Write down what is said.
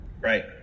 right